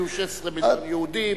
יהיו 16 מיליון יהודים,